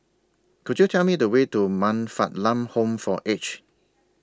Could YOU Tell Me The Way to Man Fatt Lam Home For Aged